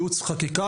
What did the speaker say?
ייעוץ וחקיקה.